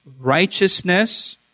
righteousness